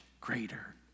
greater